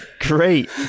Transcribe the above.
Great